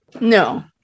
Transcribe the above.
No